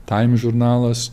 taim žurnalas